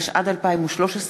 התשע"ד 2013,